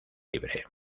libre